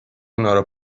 اونارو